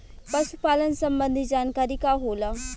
पशु पालन संबंधी जानकारी का होला?